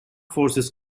forces